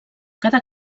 cada